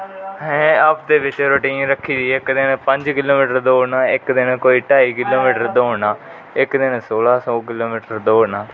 हैं हप्ते बिच रोटीन रक्खी दी ऐ इक दिन च पंज किलोमिटर दौडना इक दिन कोई टाई किलोमिटर दौडना इक दिन सोला सौ मिटर दौडना